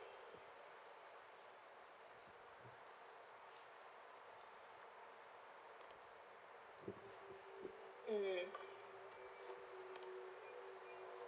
mm